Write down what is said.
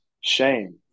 shame